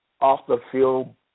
off-the-field